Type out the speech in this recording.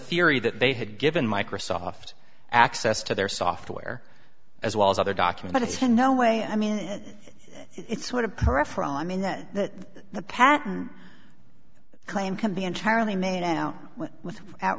theory that they had given microsoft access to their software as well as other document ten no way i mean it's sort of peripheral i mean that that the patent claim can be entirely made out with out